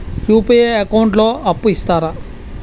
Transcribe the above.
UPI account లో అప్పు ఇస్తరా?